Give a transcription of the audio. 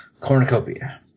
Cornucopia